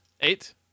Eight